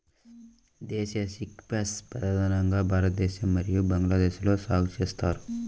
దేశీయ చిక్పీస్ ప్రధానంగా భారతదేశం మరియు బంగ్లాదేశ్లో సాగు చేస్తారు